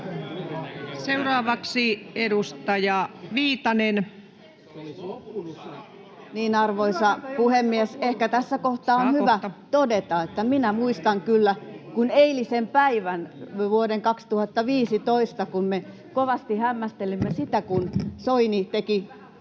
Seuraavaksi edustaja Viitanen. Arvoisa puhemies! Ehkä tässä kohtaa on hyvä todeta, että minä muistan kyllä kuin eilisen päivän vuoden 2015, kun me kovasti hämmästelimme sitä, kun Soini teki